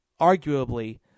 arguably